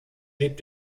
lebt